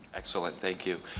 excellent, thank you,